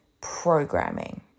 programming